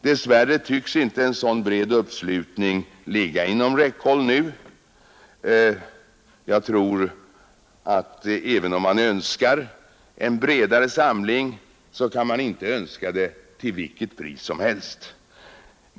Dess värre tycks inte en så bred uppslutning ligga inom räckhåll nu. Även om man önskar en bredare samling kan man inte önska den till vilket pris som helst.